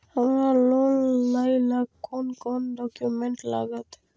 हमरा लोन लाइले कोन कोन डॉक्यूमेंट लागत?